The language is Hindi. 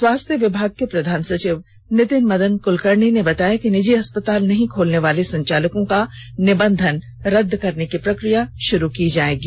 स्वास्थ्य विभाग के प्रधान सचिव नितिन मदन क्लकर्णी ने बताया कि निजी अस्पताल नहीं खोलने वाले संचालकों का निबंधन रद्द करने की प्रक्रिया शुरू की जाएगी